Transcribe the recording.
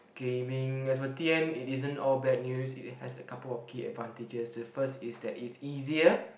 gaming as for t_n it isn't all bad news it has a couple of key advantages the first is that it's easier